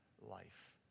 life